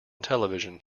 television